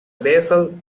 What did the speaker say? basal